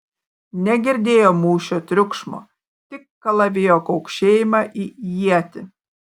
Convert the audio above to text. negirdėjo mūšio triukšmo tik kalavijo kaukšėjimą į ietį